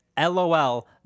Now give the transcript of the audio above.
lol